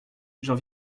j’en